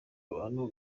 abantu